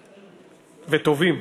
וטובים.